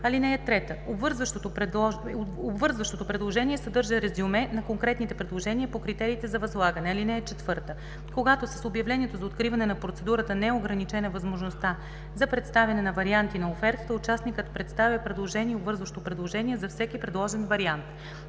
на пари. (3) Обвързващото предложение съдържа резюме на конкретните предложения по критериите за възлагане. (4) Когато с обявлението за откриване на процедурата не е ограничена възможността за представяне на варианти на офертата, участникът представя предложение и обвързващо предложение за всеки предложен вариант.